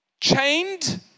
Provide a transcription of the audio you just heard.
Chained